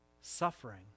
suffering